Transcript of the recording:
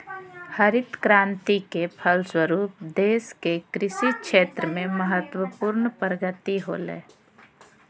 हरित क्रान्ति के फलस्वरूप देश के कृषि क्षेत्र में महत्वपूर्ण प्रगति होलय